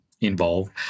involved